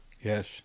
Yes